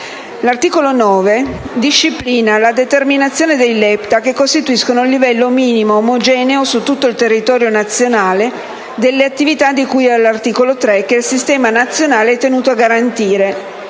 L'articolo 9 disciplina la determinazione dei LEPTA, che costituiscono il livello minimo omogeneo su tutto il territorio nazionale delle attività di cui all'articolo 3 che il Sistema nazionale è tenuto a garantire,